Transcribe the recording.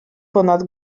ponad